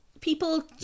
people